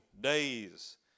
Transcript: days